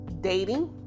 dating